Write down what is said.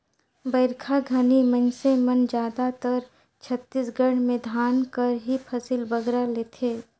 बरिखा घनी मइनसे मन जादातर छत्तीसगढ़ में धान कर ही फसिल बगरा लेथें